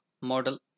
model